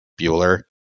Bueller